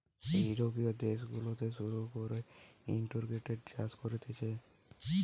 ইউরোপীয় দেশ গুলাতে শুরু কোরে ইন্টিগ্রেটেড চাষ কোরছে